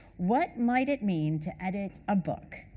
what might it mean to edit a book?